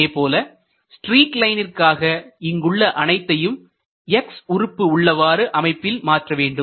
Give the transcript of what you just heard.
அதேபோல ஸ்ட்ரீக் லைனிற்காக இங்குள்ள அனைத்தையும் x உறுப்பு உள்ளவாறு அமைப்பில் மாற்றவேண்டும்